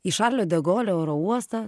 į šarlio de golio oro uostą